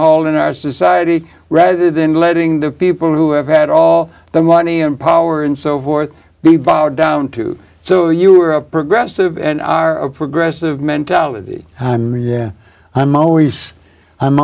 haul in our society rather than letting the people who have had all the money and power and so forth the power down to so you are a progressive and are progressive mentality and yeah i'm always